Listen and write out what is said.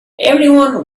everyone